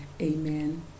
amen